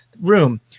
Room